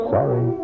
Sorry